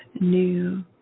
new